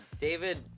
David